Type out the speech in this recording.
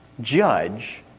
judge